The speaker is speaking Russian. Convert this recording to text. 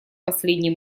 последний